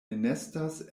enestas